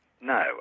No